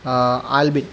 Albin